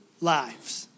lives